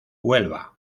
huelva